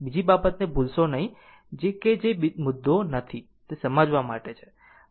બીજી બાબતને ભૂલશો નહીં કે જે કોઈ મુદ્દો નથી તે સમજવા માટે છે